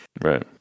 Right